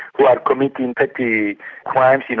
who are committing petty crimes, you